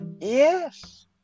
Yes